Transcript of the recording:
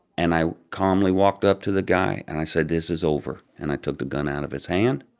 and i calmly walked up to the guy, and i said, this is over. and i took the gun out of his hand,